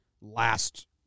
last